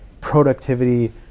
productivity